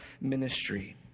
ministry